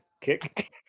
Kick